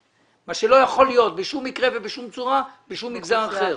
מה שלא יכול להיות בשום מקרה ובשום צורה בשום מגזר אחר.